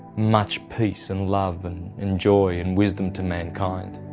much peace and love and and joy and wisdom to mankind.